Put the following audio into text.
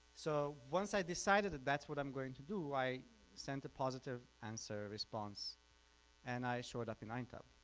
so once i decided that's what i'm going to do i sent a positive answer response and i showed up in aintab